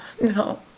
No